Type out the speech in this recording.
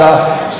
יש גם הזדמנות.